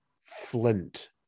Flint